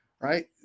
right